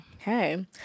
okay